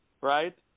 right